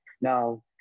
Now